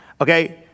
Okay